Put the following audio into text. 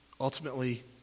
Ultimately